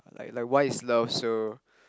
like like why is love so